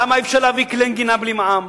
למה אי-אפשר להביא כלי נגינה בלי מע"מ?